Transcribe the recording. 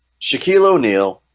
shaquille o'neal